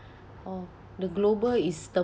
oh the global is the